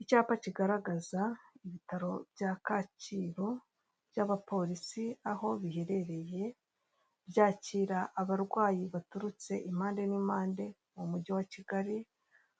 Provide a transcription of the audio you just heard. Inyubako y'itaje igeretse hejuru, irimo ibirahure by'ubururu, hasi harimo imodoka irimo mu hantu hubakiye harimo ibyuma, isakariye